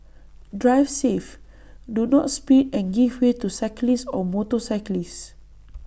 drive safe do not speed and give way to cyclists or motorcyclists